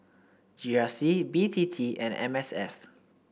G R C B T T and M S F